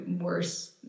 worse